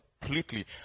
completely